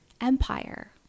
Empire